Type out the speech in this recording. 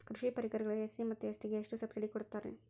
ಕೃಷಿ ಪರಿಕರಗಳಿಗೆ ಎಸ್.ಸಿ ಮತ್ತು ಎಸ್.ಟಿ ಗೆ ಎಷ್ಟು ಸಬ್ಸಿಡಿ ಕೊಡುತ್ತಾರ್ರಿ?